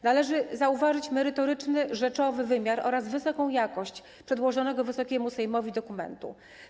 Należy zauważyć merytoryczny, rzeczowy wymiar oraz wysoką jakość przedłożonego Wysokiemu Sejmowi dokumentu.